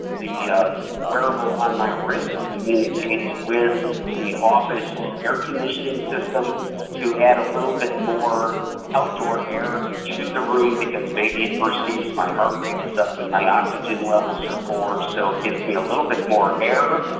the yeah wearable on my wrist communicates with the office air-conditioning system to add a little bit more outdoor air to the room because maybe it perceives my heartrate is up and my oxygen levels are poor, so it gives me a little bit more air,